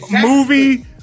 Movie